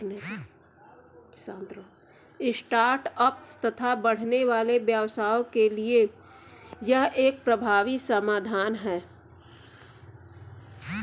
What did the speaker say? start ups तथा बढ़ने वाले व्यवसायों के लिए यह एक प्रभावी समाधान है